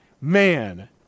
man